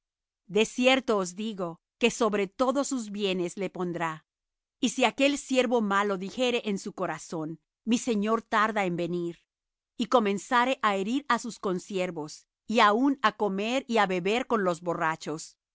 cierto os digo que sobre todos sus bienes le pondrá y si aquel siervo malo dijere en su corazón mi señor se tarda en venir y comenzare á herir á sus consiervos y aun á comer y á beber con los borrachos